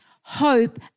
hope